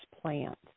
plant